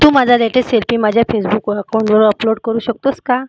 तू माझा latest selfie माझ्या फेसबुकवर अकाउंटवर अपलोड करू शकतोस का